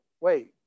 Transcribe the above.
wait